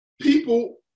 people